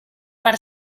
per